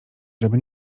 żeby